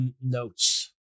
notes